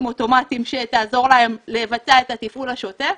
אוטומטיים שתעזור להם לבצע את התפעול השוטף,